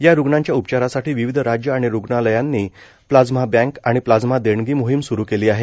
या रूग्णांच्या उपचारासाठी विविध राज्यं आणि रुग्णालयांनी प्लाझ्मा बँक आणि प्लाझ्मा देणगी मोहीम सुरू केली आहे